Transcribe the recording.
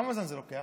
כמה זמן זה לוקח?